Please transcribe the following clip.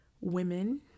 women